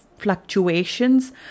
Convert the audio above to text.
fluctuations